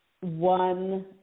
one